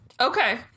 Okay